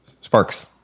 sparks